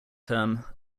term